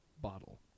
bottle